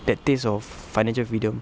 that taste of financial freedom